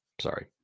Sorry